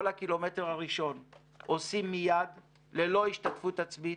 הקילומטר הראשון עושים מייד ללא השתתפות עצמית,